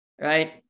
right